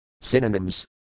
Synonyms